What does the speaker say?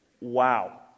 wow